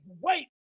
wait